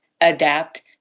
adapt